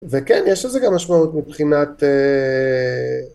וכן, יש לזה גם משמעות מבחינת אה...